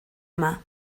yma